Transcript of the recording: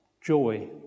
joy